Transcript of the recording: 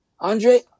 Andre